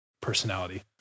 personality